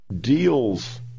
deals